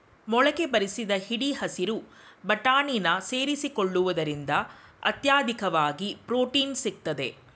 ಮೊಳಕೆ ಬರಿಸಿದ ಹಿಡಿ ಹಸಿರು ಬಟಾಣಿನ ಸೇರಿಸಿಕೊಳ್ಳುವುದ್ರಿಂದ ಅತ್ಯಧಿಕವಾಗಿ ಪ್ರೊಟೀನ್ ಸಿಗ್ತದೆ